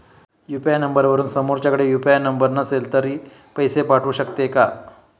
UPI नंबरवरून समोरच्याकडे UPI number नसेल तरी पैसे पाठवू शकते का?